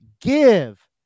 give